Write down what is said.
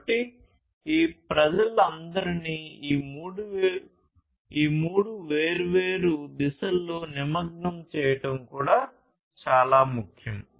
కాబట్టి ఈ ప్రజలందరినీ ఈ మూడు వేర్వేరు దిశల్లో నిమగ్నం చేయడం కూడా చాలా ముఖ్యం